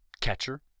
catcher